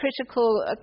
critical